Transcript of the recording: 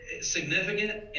significant